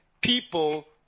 people